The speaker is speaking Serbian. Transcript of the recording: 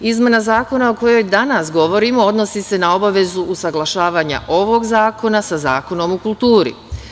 Izmena zakona o kojoj danas govorimo odnosi se na obavezu usaglašavanja ovog zakona sa Zakonom o kulturi.